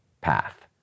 path